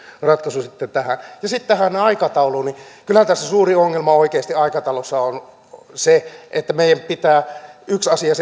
sitten tähän sitten tähän aikatauluun kyllähän tässä aikataulussa suuri ongelma oikeasti on se että meidän pitää ainakin yksi asia